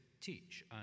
teach